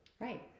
Right